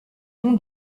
nom